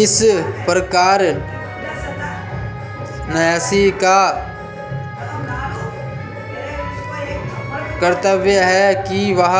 इस प्रकार न्यासी का कर्तव्य है कि वह